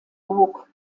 burg